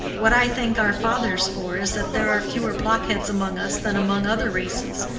what i thank our fathers for is that there are fewer blockheads among us than among other races.